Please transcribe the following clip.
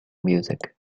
music